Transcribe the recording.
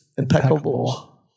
Impeccable